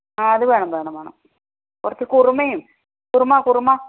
ആ അത് വേണം വേണം കുറച്ച് കുറുമയും കുറുമ കുറുമ